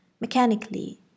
mechanically